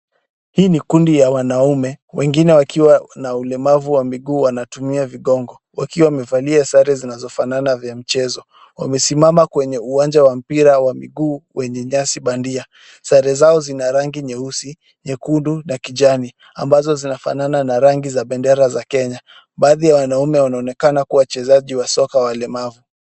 Hii ni kundi ya wanaume. Wengine wakiwa na ulemavu wa miguu wanatumia vigongo wakiwa wamevalia sare zinazofanana vya mchezo. Wamesimama kwenye uwanja wa mpira wa miguu wenye nyasi bandia. Sare zao zina rangi nyeusi, nyekundu na kijani amabazo zinafanana na rangi za bendera za Kenya. Baadhi ya wanaume wanaoneka kuwa wachezaji wa soka walemavu.